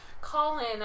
Colin